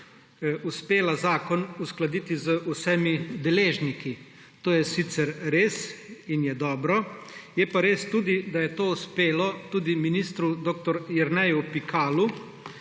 uspela zakon uskladiti z vsemi deležniki. To je sicer res in je dobro. Je pa res tudi, da je to uspelo tudi ministru dr. Jerneju Pikalu.